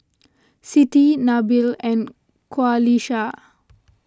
Siti Nabil and Qalisha